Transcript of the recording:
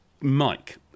Mike